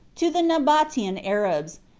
to the nabatean arabs,